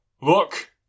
Look